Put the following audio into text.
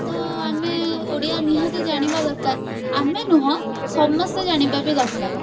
ତ ଆମେ ଓଡ଼ିଆ ନିହାତି ଜାଣିବା ଦରକାର ଆମେ ନୁହଁ ସମସ୍ତେ ଜାଣିବା ବି ଦରକାର